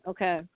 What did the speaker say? Okay